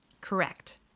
Correct